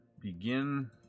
begin